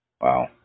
Wow